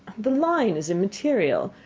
the line is immaterial.